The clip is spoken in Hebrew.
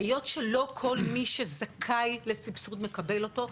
היות שלא כל מי שזכאי לסבסוד מקבל אותו,